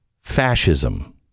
fascism